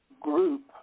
group